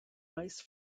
rice